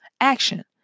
action